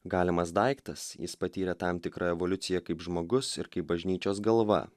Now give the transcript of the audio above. galimas daiktas jis patyrė tam tikrą evoliuciją kaip žmogus ir kaip bažnyčios galva